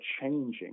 changing